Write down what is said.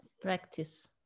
Practice